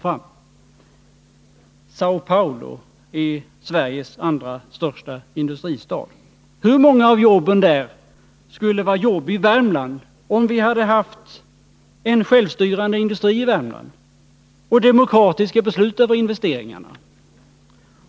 Saö Paulo är Sveriges näst största industristad. Hur många av jobben där skulle ha kunnat vara jobb i Värmland, om vi i Värmland hade haft en självstyrande industri och demokratiska beslut när det gäller investeringarna?